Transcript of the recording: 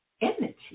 energy